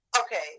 Okay